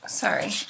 Sorry